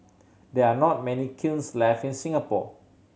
there are not many kilns left in Singapore